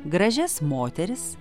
gražias moteris